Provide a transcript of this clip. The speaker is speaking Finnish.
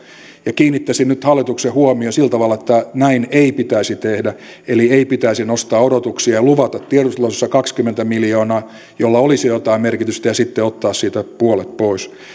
kiinnittäisin nyt hallituksen huomion sillä tavalla että näin ei pitäisi tehdä eli ei pitäisi nostaa odotuksia ja luvata tiedotustilaisuudessa kaksikymmentä miljoonaa jolla olisi jotain merkitystä ja sitten ottaa siitä puolet pois